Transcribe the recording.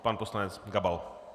Pan poslanec Gabal.